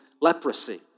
leprosy